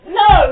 no